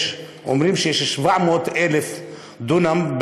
אומרים שיש 700,000 דונם,